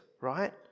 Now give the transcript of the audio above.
right